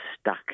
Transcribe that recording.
stuck